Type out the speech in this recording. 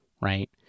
right